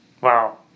Wow